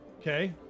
Okay